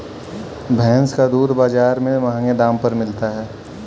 भैंस का दूध बाजार में महँगे दाम पर मिलता है